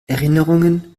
erinnerungen